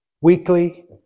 weekly